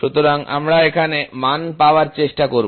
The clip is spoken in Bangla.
সুতরাং আমরা এখানে মান চেষ্টা করব